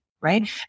right